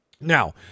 Now